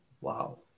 Wow